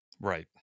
Right